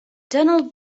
donald